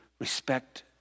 respect